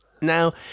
Now